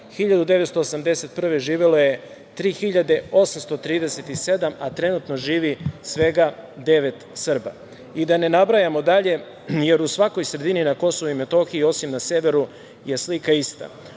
1981 živelo je 3.837 a trenutno živi svega 9 Srba. Da ne nabrajamo dalje, jer u svakoj sredini na KiM osim na severu je slika ista.